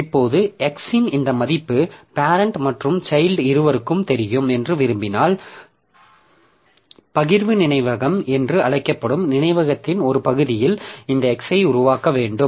இப்போது x இன் இந்த மதிப்பு பேரெண்ட் மற்றும் சைல்ட் இருவருக்கும் தெரியும் என்று விரும்பினால் பகிர்வு நினைவகம் என்று அழைக்கப்படும் நினைவகத்தின் ஒரு பகுதியில் இந்த x ஐ உருவாக்க வேண்டும்